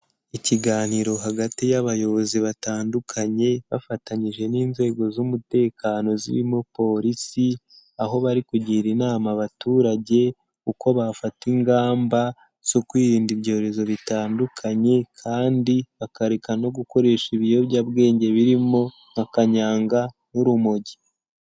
Ikiganiro hagati y'abayobozi batandukanye bafatanyije n'inzego z'umutekano zirimo polisi, aho bari kugira inama abaturage, uko bafata ingamba zo kwirinda ibyorezo bitandukanye kandi bakareka no gukoresha ibiyobyabwenge birimo nka kanyanga n'urumogi.